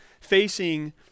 facing